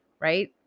right